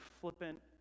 flippant